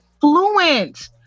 Fluent